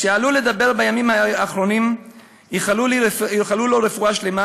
כשעלו לדבר בימים האחרונים איחלו לו רפואה שלמה"